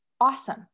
Awesome